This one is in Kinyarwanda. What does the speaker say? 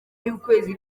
y’ukwezi